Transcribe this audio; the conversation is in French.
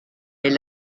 est